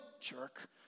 Jerk